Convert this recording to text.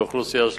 לאוכלוסייה שלמה.